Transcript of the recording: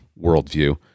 worldview